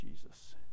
Jesus